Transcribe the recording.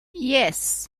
yes